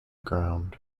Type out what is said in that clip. ground